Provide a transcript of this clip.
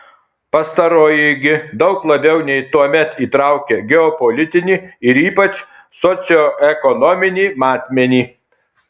pastaroji gi daug labiau nei tuomet įtraukia geopolitinį ir ypač socioekonominį matmenį